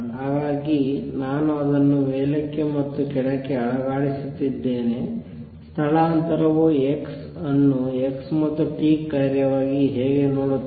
ಹಾಗಾಗಿ ನಾನು ಅದನ್ನು ಮೇಲಕ್ಕೆ ಮತ್ತು ಕೆಳಕ್ಕೆ ಅಲುಗಾಡಿಸುತ್ತಿದ್ದೇನೆ ಸ್ಥಳಾಂತರವು x ಅನ್ನು x ಮತ್ತು t ನ ಕಾರ್ಯವಾಗಿ ಹೇಗೆ ನೋಡುತ್ತದೆ